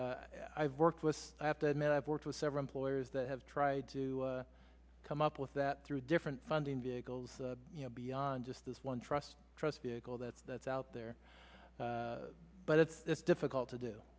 there i've worked with i have to admit i've worked with several lawyers that have tried to come up with that through different funding vehicles you know beyond just this one trust trust vehicle that that's out there but it's difficult to do